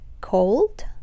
cold